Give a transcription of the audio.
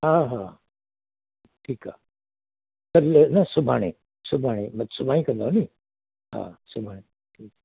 हा हा ठीकु आहे कल्ह न सुभाणे सुभाणे सुभाणे कंदव नी हा सुभाणे ठीकु आहे